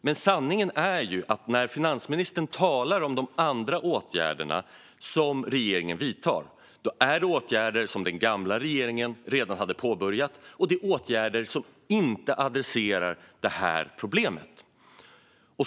Men sanningen är att när finansministern talar om de åtgärder regeringen vidtar är det åtgärder som den förra regeringen redan hade påbörjat och som inte adresserar detta problem.